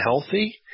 healthy